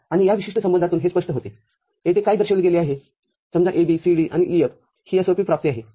आणि या विशिष्ट संबंधातून हे स्पष्ट होते येथे काय दर्शविले गेले आहे समजा AB CD आणि EF ही SOP प्राप्ती आहे